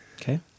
Okay